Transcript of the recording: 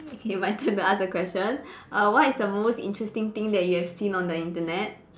K my turn to ask a question err what is the most interesting thing that you have seen on the Internet